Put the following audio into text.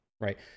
right